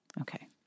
Okay